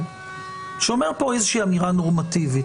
זה בדיון נוסף,